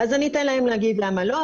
אז אני אתן להם להגיד למה לא,